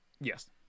Yes